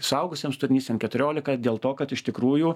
suaugusiems turinys en keturiolika dėl to kad iš tikrųjų